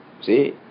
see